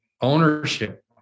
ownership